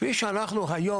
כפי שהיום,